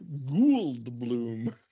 Gouldbloom